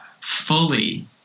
fully